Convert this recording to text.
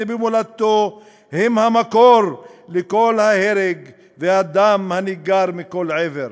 במולדתו הוא המקור לכל ההרג והדם הניגר מכל עבר.